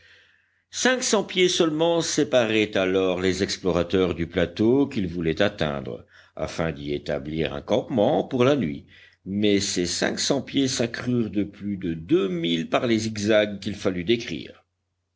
cents pieds seulement séparaient alors les explorateurs du plateau qu'ils voulaient atteindre afin d'y établir un campement pour la nuit mais ces cinq cents pieds s'accrurent de plus de deux milles par les zigzags qu'il fallut décrire